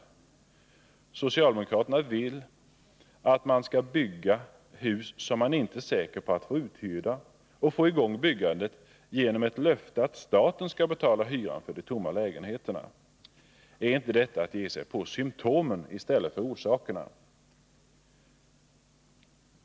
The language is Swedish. Det socialdemokraterna vill är egentligen att man skall bygga hus som man inte är säker på att få uthyrda och få i gång byggandet genom ett löfte att staten skall betala hyran för de tomma lägenheterna. Är inte detta att ge sig på symtomen i stället för på orsakerna?